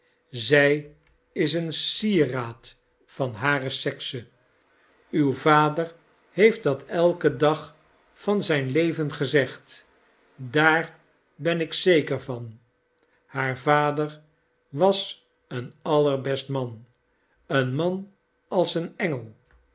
zij is een sieraad van hare sekse uw vader heeft dat elken dag van zijn leven gezegd daar ben ik zeker van haar vader was een allerbest man een man als een engel